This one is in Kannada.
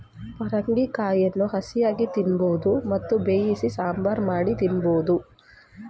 ಪರಂಗಿ ಕಾಯಿಯನ್ನು ಹಸಿಯಾಗಿ ತಿನ್ನಬೋದು ಮತ್ತು ಬೇಯಿಸಿ ಸಾಂಬಾರ್ ಮಾಡಿ ತಿನ್ನಬೋದು